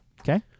Okay